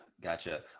Gotcha